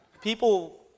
people